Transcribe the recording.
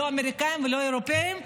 לא האמריקאים ולא האירופים.